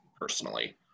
personally